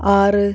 ആറ്